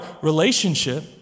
relationship